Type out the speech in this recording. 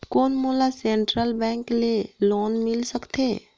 कौन मोला central bank ले लोन मिल सकथे?